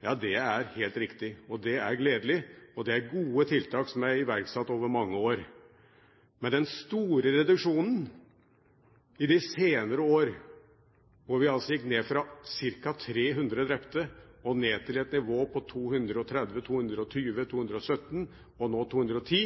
Ja, det er helt riktig, det er gledelig, og det er gode tiltak som er iverksatt over mange år. Men den store reduksjonen i de senere år, hvor vi altså gikk fra ca. 300 drepte og ned til et nivå på 230, 220, 217, og nå 210,